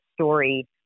story